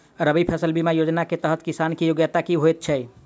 रबी फसल बीमा योजना केँ तहत किसान की योग्यता की होइ छै?